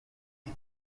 est